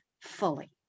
fully